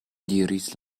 diris